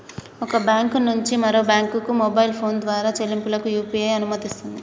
ఒక బ్యాంకు నుంచి మరొక బ్యాంకుకు మొబైల్ ఫోన్ ద్వారా చెల్లింపులకు యూ.పీ.ఐ అనుమతినిస్తుంది